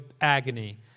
agony